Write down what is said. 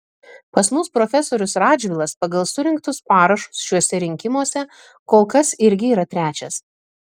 pas mus profesorius radžvilas pagal surinktus parašus šiuose rinkimuose kol kas irgi yra trečias